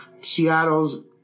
Seattle's